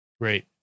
Great